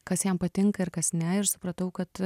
kas jam patinka ir kas ne ir supratau kad